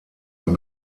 ein